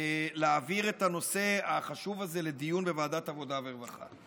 להעביר את הנושא החשוב הזה לדיון בוועדת העבודה והרווחה.